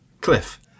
Cliff